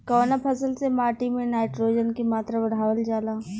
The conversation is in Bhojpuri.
कवना फसल से माटी में नाइट्रोजन के मात्रा बढ़ावल जाला?